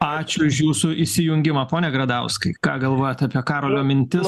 ačiū už jūsų įsijungimą pone gradauskai ką galvojat apie karolio mintis